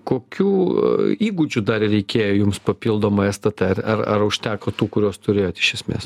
kokių įgūdžių dar reikėjo jums papildomų stt ar ar užteko tų kuriuos turėjot iš esmės